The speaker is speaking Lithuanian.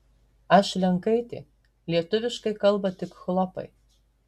aš lenkaitė lietuviškai kalba tik chlopai